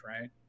right